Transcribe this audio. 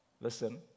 listen